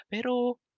pero